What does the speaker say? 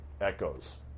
echoes